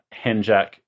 henjack